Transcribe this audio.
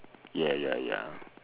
ya ya ya